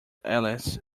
alice